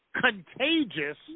contagious